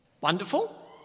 Wonderful